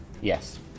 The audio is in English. Yes